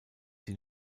die